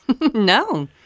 No